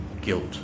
guilt